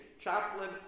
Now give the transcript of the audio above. chaplain